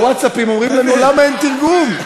בווטסאפים, אומרים לנו, למה אין תרגום?